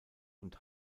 und